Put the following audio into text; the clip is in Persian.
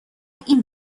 این